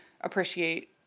appreciate